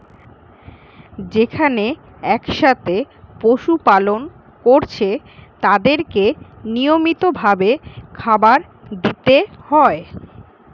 যেখানে একসাথে পশু পালন কোরছে তাদেরকে নিয়মিত ভাবে খাবার দিতে হয়